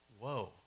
Whoa